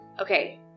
okay